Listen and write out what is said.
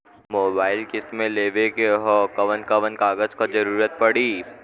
Mobile किस्त मे लेवे के ह कवन कवन कागज क जरुरत पड़ी?